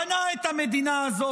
בנה את המדינה הזו.